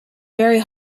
very